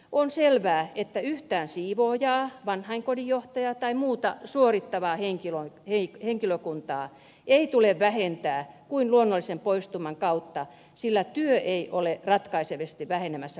on selvää että yhtään siivoojaa vanhainkodin johtajaa tai muuta suorittavaa henkilökuntaa ei tule vähentää kuin luonnollisen poistuman kautta sillä työ ei ole ratkaisevasti vähenemässä kuntaliitoksen myötä